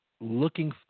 looking –